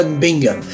Bingham